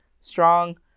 strong